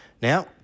Now